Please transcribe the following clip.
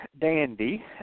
dandy